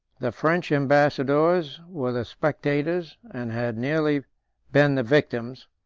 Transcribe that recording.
the french ambassadors were the spectators, and had nearly been the victims,